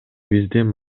бизден